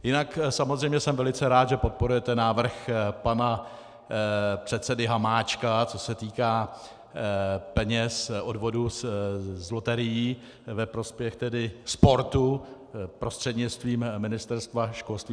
Jinak jsem samozřejmě velice rád, že podporujete návrh pana předsedy Hamáčka, co se týká peněz, odvodů z loterií ve prospěch sportu prostřednictvím Ministerstva školství.